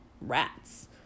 rats